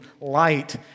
light